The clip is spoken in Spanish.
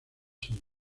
sin